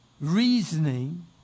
reasoning